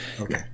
Okay